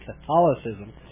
Catholicism